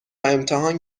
امتحان